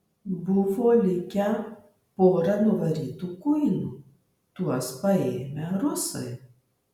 buvo likę pora nuvarytų kuinų tuos paėmę rusai